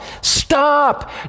Stop